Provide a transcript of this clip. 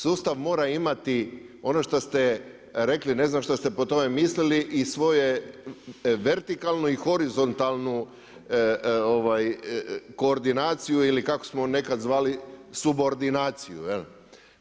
Sustav mora imati ono što ste rekli, ne znam što ste pod time mislili, i svoje vertikalno i horizontalnu koordinaciju ili kako smo nekad zvali subordinaciju jel.